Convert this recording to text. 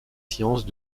sciences